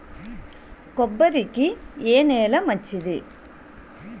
కొబ్బరి కి ఏ నేల మంచిది?